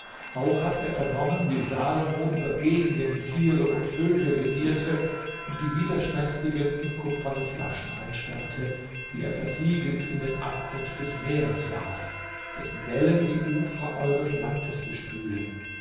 auch hat er vernommen wie salomo über genien tiere und vögel regierte und die widerspenstigen in kupferne flaschen einsperrte die er versiegelt in den abgrund des meers warf dessen wellen die ufer eures landes bespülen